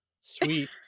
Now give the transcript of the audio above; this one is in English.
sweet